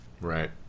Right